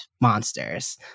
monsters